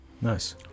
nice